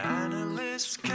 analyst's